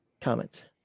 comments